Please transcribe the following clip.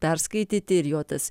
perskaityti ir jo tas